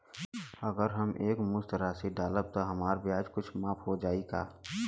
अगर हम एक मुस्त राशी डालब त हमार ब्याज कुछ माफ हो जायी का?